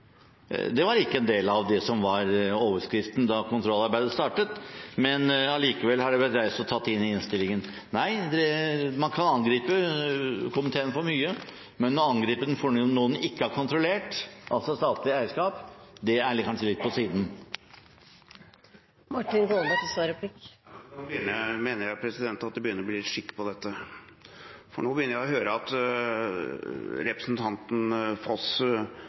Det var ikke en del av det som var overskriften da kontrollarbeidet startet, men allikevel har det vært reist og tatt inn i innstillingen. Nei, man kan angripe komiteen for mye, men det å angripe den for noe den ikke har kontrollert, altså statlig eierskap, er kanskje litt på siden. Nå mener jeg det begynner å bli litt skikk på dette, for nå begynner jeg å høre at representanten Foss